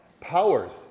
powers